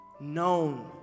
known